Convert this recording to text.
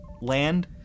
land